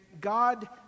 God